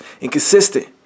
inconsistent